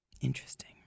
Interesting